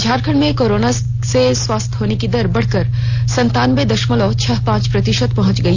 झारखंड में कोरोना से स्वस्थ होने की दर बढ़कर संतानबे दशमलव छह पांच प्रतिशत पहुंच गई